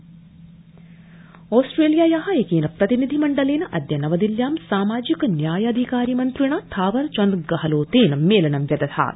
थावरचन्द गहलोत ऑस्ट्रेलियाया एकेन प्रतिनिधिमण्डलेनादय नवदिल्ल्यां सामाजिक न्याय अधिकारि मन्त्रिणा थावर चन्दगहलोतन मेलनं व्यदधात्